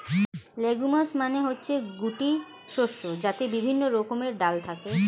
legumes মানে হচ্ছে গুটি শস্য যাতে বিভিন্ন রকমের ডাল থাকে